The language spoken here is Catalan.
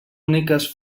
úniques